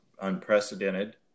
unprecedented